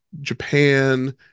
Japan